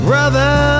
Brother